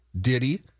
Diddy